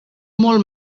molt